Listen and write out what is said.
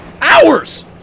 hours